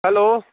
hello